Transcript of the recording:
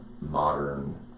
modern